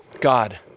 God